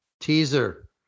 teaser